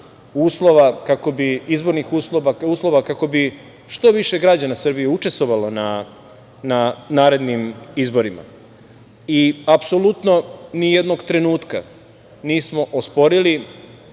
uslova kako bi što više građana Srbije učestvovalo na narednim izborima. Apsolutno ni jednog trenutka nismo osporili